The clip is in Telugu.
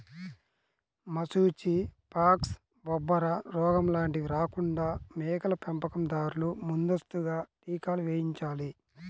మశూచి, ఫాక్స్, బొబ్బరోగం లాంటివి రాకుండా మేకల పెంపకం దారులు ముందస్తుగా టీకాలు వేయించాలి